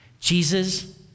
Jesus